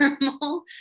normal